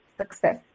success